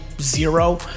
zero